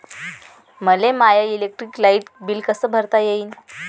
मले माय electric light bill कस भरता येईल?